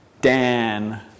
Dan